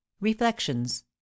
Reflections